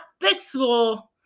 fixable